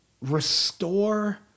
restore